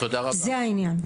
זה העניין.